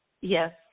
Yes